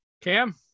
Cam